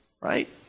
right